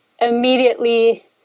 immediately